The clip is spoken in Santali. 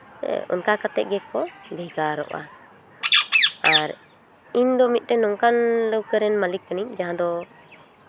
ᱦᱮᱸ ᱚᱱᱠᱟ ᱠᱟᱛᱮᱜ ᱜᱮᱠᱚ ᱵᱷᱮᱜᱟᱨᱚᱜᱼᱟ ᱟᱨ ᱤᱧ ᱫᱚ ᱢᱤᱫᱴᱮᱱ ᱱᱚᱝᱠᱟᱱ ᱞᱟᱹᱣᱠᱟᱹ ᱨᱮᱱ ᱢᱟᱹᱞᱤᱠ ᱠᱟᱹᱱᱟᱹᱧ ᱡᱟᱦᱟᱸ ᱫᱚ